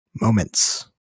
moments